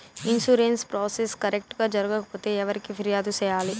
insurance process correct గా జరగకపోతే ఎవరికి ఫిర్యాదు సేయాలి